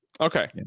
okay